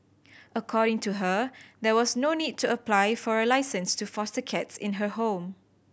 according to her there was no need to apply for a licence to foster cats in her home